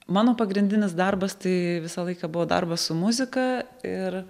mano pagrindinis darbas tai visą laiką buvo darbas su muzika ir